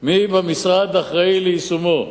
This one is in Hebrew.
מי במשרד אחראי ליישומו.